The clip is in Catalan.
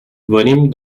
venim